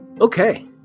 Okay